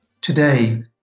Today